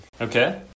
Okay